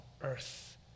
Earth